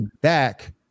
back